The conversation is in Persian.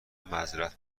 معذرت